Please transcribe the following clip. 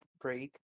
break